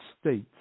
States